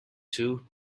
two